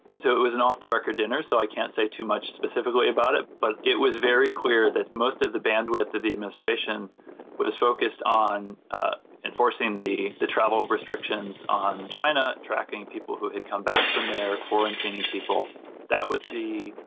so, it was an off-the-record dinner, so i can't say too much specifically about it, but it was very clear that most of the bandwidth that the administration was focused on enforcing the, the travel restrictions on china, tracking people who had come back from there, quarantining people that was the,